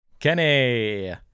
Kenny